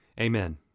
Amen